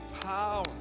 power